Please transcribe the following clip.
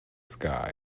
sky